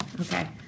okay